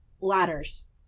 ladders